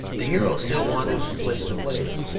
the hero still wanders from place to place,